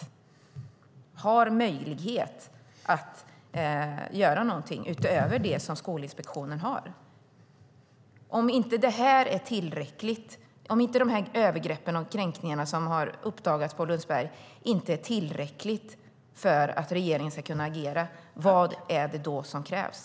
Regeringen har möjlighet att göra någonting utöver det som Skolinspektionen gör. Om inte de övergrepp och kränkningar som har uppdagats på Lundsberg är tillräckliga för att regeringen ska kunna agera undrar jag: Vad är det då som krävs?